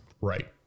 Right